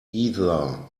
either